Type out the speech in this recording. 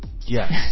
yes